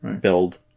build